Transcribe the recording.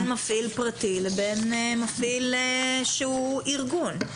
בין מפעיל פרטי לבין מפעיל שהוא ארגון.